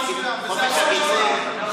לא משנה,